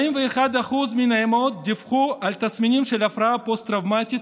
41% מן האימהות דיווחו על תסמינים של הפרעה פוסט-טראומטית,